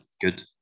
Good